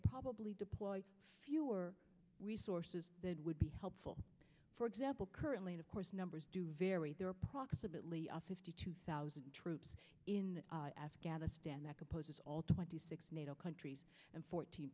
probably deploy fewer resources that would be helpful for example currently of course numbers vary their approximately fifty two thousand troops in afghanistan that composes all twenty six nato countries and fourteen